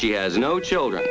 she has no children